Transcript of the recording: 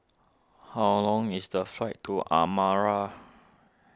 how long is the flight to Asmara